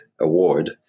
award